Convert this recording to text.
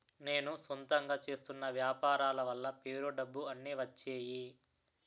నేను సొంతంగా చేస్తున్న వ్యాపారాల వల్ల పేరు డబ్బు అన్ని వచ్చేయి